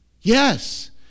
Yes